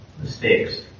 mistakes